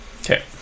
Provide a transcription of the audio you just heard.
okay